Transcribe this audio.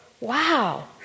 wow